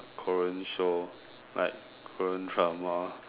Korean shows like Korean Dramas